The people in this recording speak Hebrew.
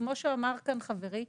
וכמו שאמר כאן חברי,